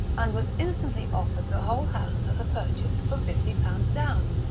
and was instantly offered the whole house as a purchase for fifty pounds down,